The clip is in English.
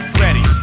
ready